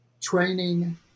training